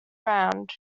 round